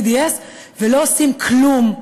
ולא עושים כלום,